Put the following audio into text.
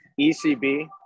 ECB